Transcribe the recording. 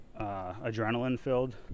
adrenaline-filled